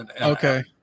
Okay